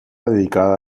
dedicada